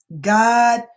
God